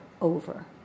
over